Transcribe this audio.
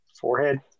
forehead